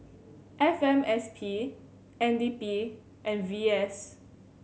F M S P N D P and V S